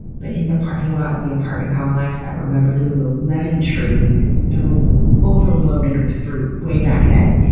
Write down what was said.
but in the parking lot of the apartment complex i remembered there was a lemon tree that was overloaded with fruit way back then.